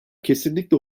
kesinlikle